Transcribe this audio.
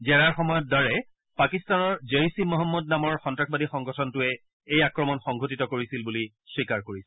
জেৰাৰ সময়ত দৰে পাকিস্তানৰ জেইচ এ মহম্মদ নামৰ সন্নাসবাদী সংগঠনটোৱে এই আক্ৰমণ সংঘটিত কৰিছিল বুলি স্বীকাৰ কৰিছে